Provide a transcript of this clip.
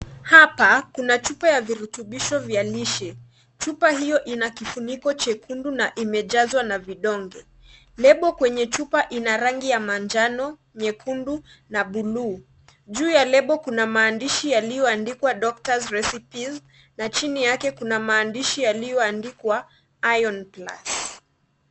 Hapa kuna chupa ya virutubishi vya lishe. Chupa hiyo ina kifuniko jekundu na imejazwa na vidonge. Lebo kwenye chupa ina rangi ya manjano, nyekundu na bluu. Juu ya lebo kuna maandishi yaliyoandikwa" Doctor's Recipes " na chini yake kuna maandishi yaliyoandikwa " Iron plus ".